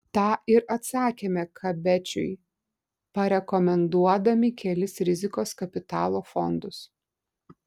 tą ir atsakėme kabečiui parekomenduodami kelis rizikos kapitalo fondus